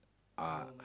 uh